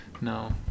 No